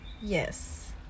yes